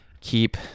keep